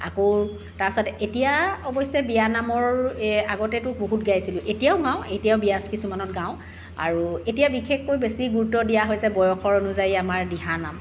আকৌ তাৰপাছত এতিয়া অৱশ্যে বিয়ানামৰ এই আগতেতো বহুত গাইছিলোঁ এতিয়াও গাওঁ এতিয়াও বিয়া কিছুমানত গাওঁ আৰু এতিয়া বিশেষকৈ বেছি গুৰুত্ব দিয়া হৈছে বয়সৰ অনুযায়ী আমাৰ দিহানাম